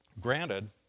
granted